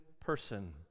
person